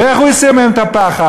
ואיך הוא הסיר מהם את הפחד?